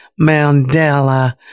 Mandela